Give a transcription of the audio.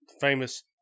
Famous